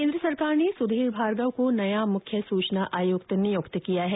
केन्द्र सरकार ने सुधीर भार्गव को नया मुख्य सूचना आयुक्त नियुक्त किया है